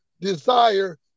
desire